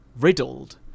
Riddled